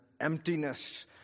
emptiness